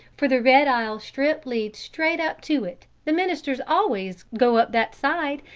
for the red aisle-strip leads straight up to it the ministers always go up that side,